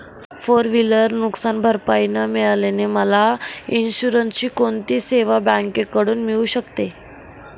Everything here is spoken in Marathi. फोर व्हिलर नुकसानभरपाई न मिळाल्याने मला इन्शुरन्सची कोणती सेवा बँकेकडून मिळू शकते?